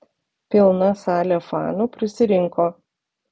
pilna salė fanų prisirinko